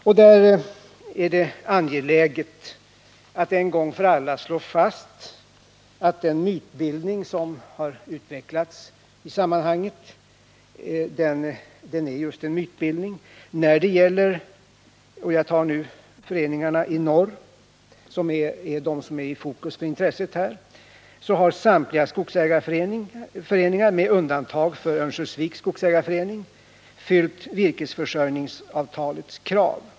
Det är här angeläget att en gång för alla slå fast att den mytbildning som utvecklats i sammanhanget just är en mytbildning. När det gäller föreningarna i norr, som nu står i fokus för intresset, har samtliga skogsägarföreningar med undantag för den i Örnsköldsvik uppfyllt virkesförsörjningsavtalets krav.